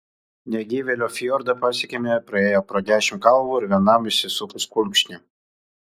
negyvėlio fjordą pasiekėme praėję pro dešimt kalvų ir vienam išsisukus kulkšnį